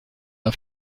auf